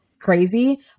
Crazy